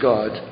God